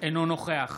אינו נוכח